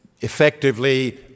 effectively